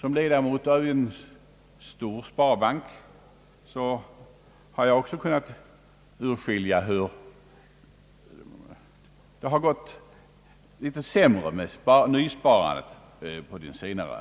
Som ledamot av styrelsen för en stor sparbank har jag också kunnat utskilja, att det har gått litet sämre med nysparandet under senare